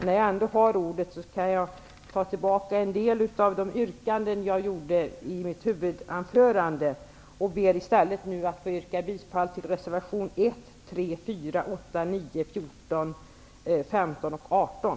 När jag har ordet vill jag passa på att ta tillbaka en del av de yrkanden som jag ställde i mitt huvudanförande. Jag ber nu i stället att få yrka bifall till reservationerna 1, 3, 4, 8, 9, 14, 15 och 18.